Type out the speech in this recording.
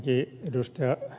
ensinnäkin ed